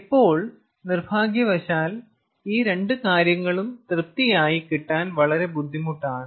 ഇപ്പോൾ നിർഭാഗ്യവശാൽ ഈ രണ്ടു കാര്യങ്ങളും തൃപ്തിയായി കിട്ടാൻ വളരെ ബുദ്ധിമുട്ടാണ്